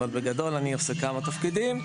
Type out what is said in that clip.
אבל בגדול אני עושה כמה תפקידים.